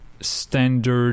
Standard